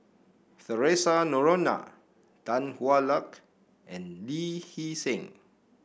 Theresa Noronha Tan Hwa Luck and Lee Hee Seng